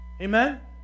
Amen